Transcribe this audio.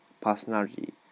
personality